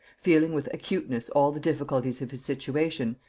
feeling with acuteness all the difficulties of his situation,